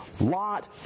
Lot